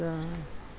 ya